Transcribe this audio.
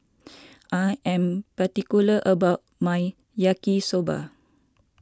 I am particular about my Yaki Soba